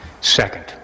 Second